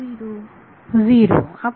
विद्यार्थी 0